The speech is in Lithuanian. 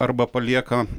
arba palieka